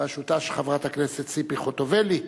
בראשותה של חברת הכנסת ציפי חוטובלי,